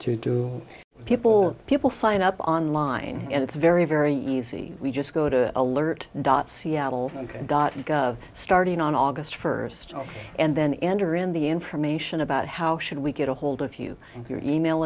to do people or people sign up online and it's very very easy we just go to alert dot seattle ok starting on august first and then enter in the information about how should we get ahold of you and your e mail